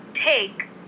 take